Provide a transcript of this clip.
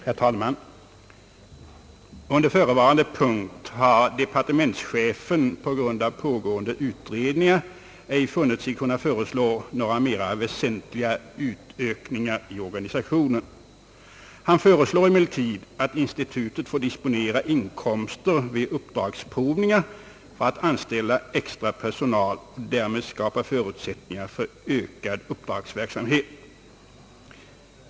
Herr talman! Under förevarande punkt har departementschefen med hänsyn till pågående utredningar ej funnit sig kunna förorda några mera väsentliga utökningar i organisationen. Han föreslår emellertid, att institutet får dis ponera inkomster ' vid uppdragsprovningar för att anställa extra personal och därmed skapa förutsättningar för ökad uppdragsverksamhet.